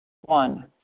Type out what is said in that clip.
One